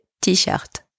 t-shirt